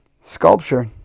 Sculpture